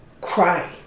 Cry